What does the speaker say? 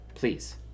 Please